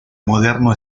moderno